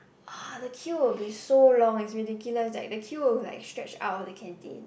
ah the queue will be so long it's ridiculous eh the queue will like stretch out of the canteen